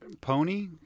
Pony